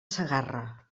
segarra